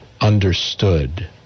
understood